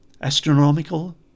astronomical